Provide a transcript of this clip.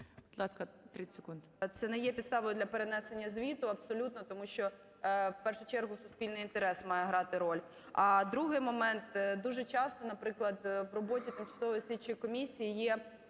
ласка., 30 секунд.